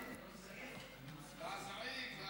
לכבד ולהתייחס